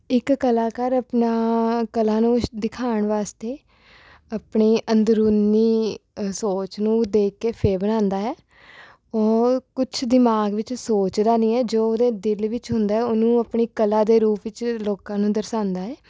ਇੱਕ ਕਲਾਕਾਰ ਆਪਣਾ ਕਲਾ ਨੂੰ ਦਿਖਾਉਣ ਵਾਸਤੇ ਆਪਣੇ ਅੰਦਰੂਨੀ ਅ ਸੋਚ ਨੂੰ ਦੇਖ ਕੇ ਫੇਰ ਬਣਾਉਂਦਾ ਹੈ ਉਹ ਕੁੱਛ ਦਿਮਾਗ ਵਿੱਚ ਸੋਚਦਾ ਨਹੀਂ ਹੈ ਜੋ ਉਹ ਦੇ ਦਿਲ ਵਿੱਚ ਹੁੰਦਾ ਉਹਨੂੰ ਆਪਣੀ ਕਲਾ ਦੇ ਰੂਪ ਵਿੱਚ ਲੋਕਾਂ ਨੂੰ ਦਰਸਾਉਂਦਾ ਹੈ